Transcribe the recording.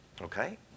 Okay